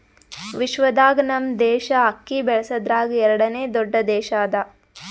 ವಿಶ್ವದಾಗ್ ನಮ್ ದೇಶ ಅಕ್ಕಿ ಬೆಳಸದ್ರಾಗ್ ಎರಡನೇ ದೊಡ್ಡ ದೇಶ ಅದಾ